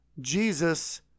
Jesus